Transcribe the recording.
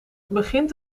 begint